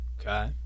Okay